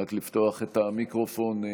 רק לפתוח את המיקרופון.